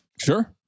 Sure